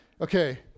Okay